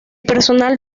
personal